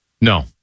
No